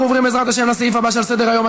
43 תומכים, 32 מתנגדים.